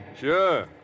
sure